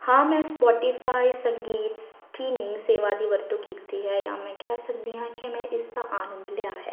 ਹਾਂ ਮੈਂ ਸਪੋਟੀਫਾਈ ਸੰਗੀਤ ਸਟੀਮਿੰਗ ਸੇਵਾ ਦੀ ਵਰਤੋਂ ਕੀਤੀ ਹੈ ਜਾਂ ਮੈਂ ਕਹਿ ਸਕਦੀ ਹਾਂ ਕਿ ਮੈਂ ਇਸਦਾ ਆਨੰਦ ਲਿਆ ਹੈ